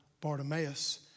Bartimaeus